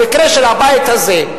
המקרה של הבית הזה,